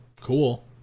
Cool